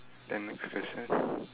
then next question